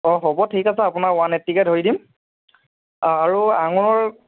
অঁ হ'ব ঠিক আছে আপোনাৰ ওৱান এইট্টিকে ধৰি দিম অঁ আৰু আঙুৰ